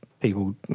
people